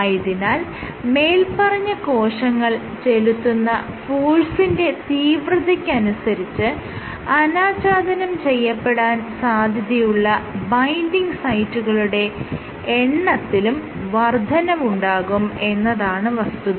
ആയതിനാൽ മേല്പറഞ്ഞ കോശങ്ങൾ ചെലുത്തുന്ന ഫോഴ്സിന്റെ തീവ്രതയ്ക്കനുസരിച്ച് അനാച്ഛാദനം ചെയ്യപ്പെടാൻ സാധ്യതയുള്ള ബൈൻഡിങ് സൈറ്റുകളുടെ എണ്ണത്തിലും വർദ്ധനവുണ്ടാകും എന്നതാണ് വസ്തുത